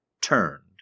turned